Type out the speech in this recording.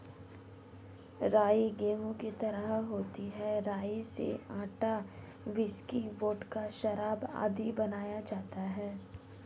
राई गेहूं की तरह होती है राई से आटा, व्हिस्की, वोडका, शराब आदि बनाया जाता है